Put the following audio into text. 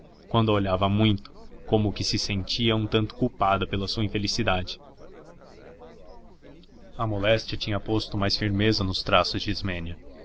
quando a olhava muito como que se sentia um tanto culpada pela sua infelicidade a moléstia tinha posto mais firmeza nos traços de ismênia